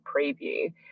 preview